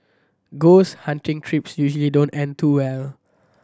ghost hunting trips usually don't end too well